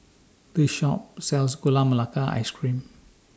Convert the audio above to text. This Shop sells Gula Melaka Ice Cream